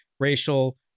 racial